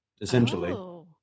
essentially